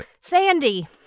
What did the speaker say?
Sandy